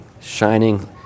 shining